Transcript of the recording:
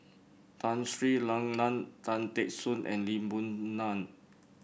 Tun Sri Lanang Tan Teck Soon and Lee Boon Ngan